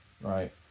Right